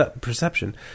perception